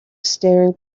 staring